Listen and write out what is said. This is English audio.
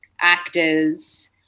actors